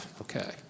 okay